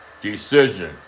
decision